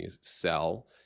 sell